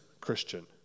Christian